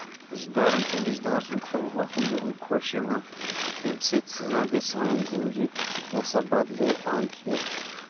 رِشتٔدارَن چھ نہٕ رِشتٔدارٕ سُند وۄتھُن بِہُن خۄش یِوان ییٚمہِ سۭتۍ ہسا گے سٲنۍ زِندگۍ یہِ ہسا بَدلے اَند ہٮ۪تھ